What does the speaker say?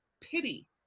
pity